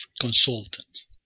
consultants